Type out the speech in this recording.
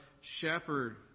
shepherd